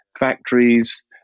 factories